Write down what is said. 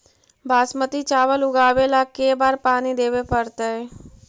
बासमती चावल उगावेला के बार पानी देवे पड़तै?